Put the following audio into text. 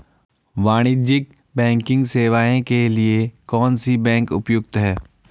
वाणिज्यिक बैंकिंग सेवाएं के लिए कौन सी बैंक उपयुक्त है?